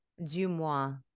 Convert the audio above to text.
Dumois